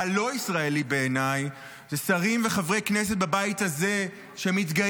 מה שלא ישראלי בעיניי זה שרים וחברי כנסת בבית הזה שמתגאים